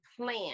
plan